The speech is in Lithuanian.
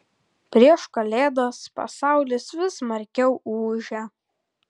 prieš kalėdas pasaulis vis smarkiau ūžia